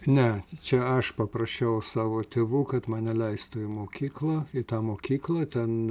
ne čia aš paprašiau savo tėvų kad mane leistų į mokyklą į tą mokyklą ten